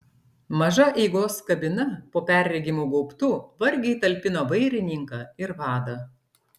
maža eigos kabina po perregimu gaubtu vargiai talpino vairininką ir vadą